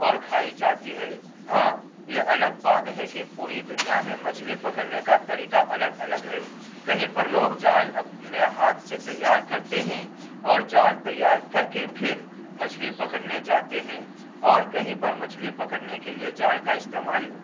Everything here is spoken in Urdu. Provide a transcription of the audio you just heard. اور کھائی جاتی ہے ہاں یہ الگ بات ہے کہ پوری دنیا میں مچھلی پکڑنے کا طریقہ الگ الگ ہے کہیں پر لوگ جال اپنے ہاتھ سے تیار کرتے ہیں اور جال تیار کر کے پھر مچھلی پکڑنے جاتے ہیں اور کہیں پر مچھلی پکڑنے کے لیے جال کا استعمال